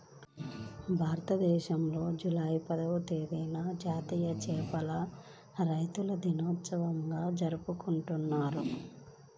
భారతదేశంలో జూలై పదవ తేదీన జాతీయ చేపల రైతుల దినోత్సవంగా జరుపుకుంటున్నాం